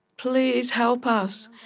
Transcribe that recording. please help us!